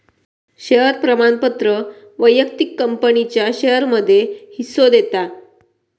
share प्रमाणपत्र व्यक्तिक कंपनीच्या शेयरमध्ये हिस्सो देता